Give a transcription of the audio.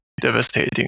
devastating